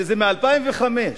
שזה מ-2005.